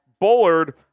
Bullard